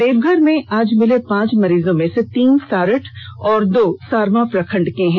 देवघर में आज मिले पांच मरीजों में से तीन सारठ और दो सारवां प्रखंड के हैं